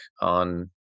on